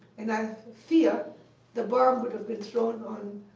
and i fear the bomb would've been thrown on